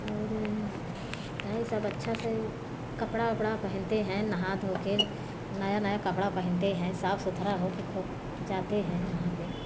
और है सब अच्छा से कपड़ा उपड़ा पहनते हैं नहा धो के नया नया कपड़ा पहनते हैं साफ सुथरा हो के खूब जाते हैं वहाँ पर